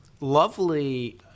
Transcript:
lovely